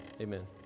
amen